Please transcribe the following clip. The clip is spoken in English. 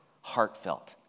heartfelt